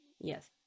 yes